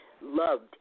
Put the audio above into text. loved